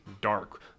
dark